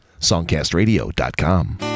songcastradio.com